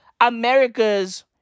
America's